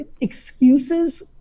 excuses